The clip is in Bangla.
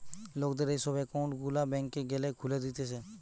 লোকদের এই সব একউন্ট গুলা ব্যাংকে গ্যালে খুলে দিতেছে